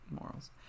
morals